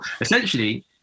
essentially